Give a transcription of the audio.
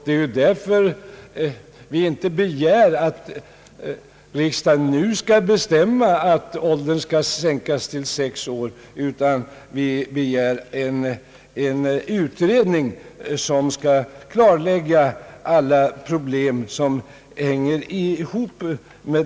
Det är ju därför vi inte begär, att riksdagen nu skall bestämma att skolåldern skall sänkas till sex år, utan vi begär en utredning som skall klarlägga alla hithörande problem.